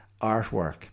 artwork